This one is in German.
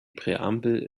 präambel